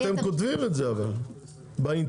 אבל אתם כותבים את זה באינטרנט.